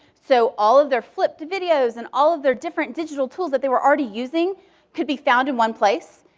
so all of their flipped videos, and all of their different digital tools that they were already using could be found in one place.